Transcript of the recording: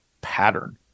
pattern